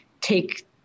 take